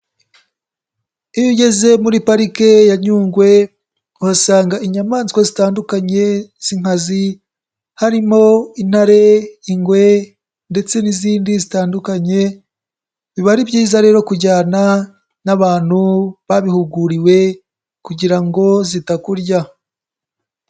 Iyo ugeze muri Parike ya Nyungwe uhasanga inyamaswa zitandukanye z'inkazi harimo intare, ingwe ndetse n'izindi zitandukanye, biba ari byiza rero kujyana n'abantu babihuguriwe kugira ngo zitakurya.